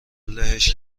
لهش